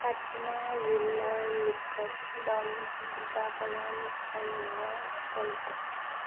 পাটনা জিলাৰ নিকটতম টিকাকৰণ কেন্দ্ৰ কোনটো